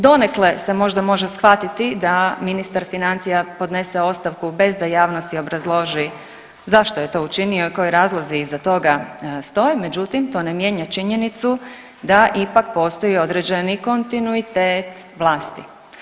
Donekle se možda može shvatiti da ministar financija podnese ostavku bez da javnosti obrazloži zašto je to učinio i koji razlozi iza toga stoje, međutim to ne mijenja činjenicu da ipak postoji određeni kontinuitet vlasti.